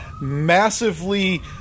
massively